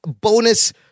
bonus